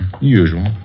usual